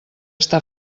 està